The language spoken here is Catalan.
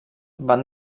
van